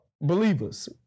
believers